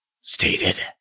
stated